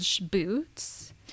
boots